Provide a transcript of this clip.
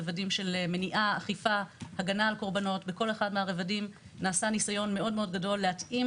בבקשה, עו"ד דינה דומיניץ, מתאמת